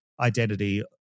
Identity